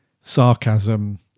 sarcasm